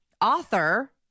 author